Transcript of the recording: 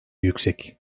yüksek